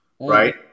Right